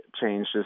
changes